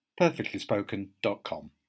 perfectlyspoken.com